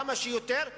כמה שיותר,